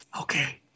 okay